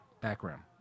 background